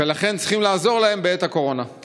לכן צריכים לעזור להם בעת הקורונה.